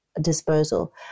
disposal